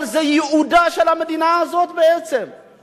אבל זה ייעודה של המדינה הזאת בעצם,